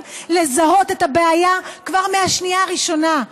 לזהות את הבעיה כבר מהשנייה הראשונה,